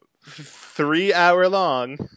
three-hour-long